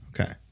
Okay